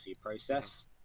process